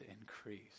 increase